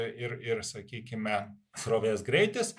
ir ir sakykime srovės greitis